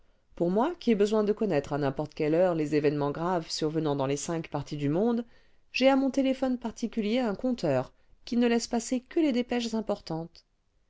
pour moi qui ai besoin de connaître à n'importe quelle heure les événements graves survenant dans les cinq parties du monde jai à mon téléphone particuber un compteur qui ne laisse passer que les dépêches importantes